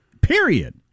period